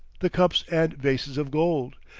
the cups and vases of gold,